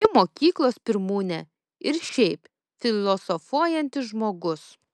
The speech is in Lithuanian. ji mokyklos pirmūnė ir šiaip filosofuojantis žmogus